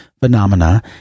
Phenomena